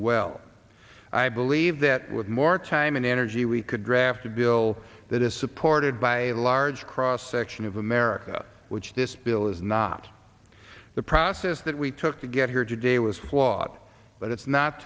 well i believe that with more time and energy we could draft a bill that is supported by a large cross section of america which this bill is not the process that we took to get here today was flawed but it's not